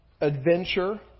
adventure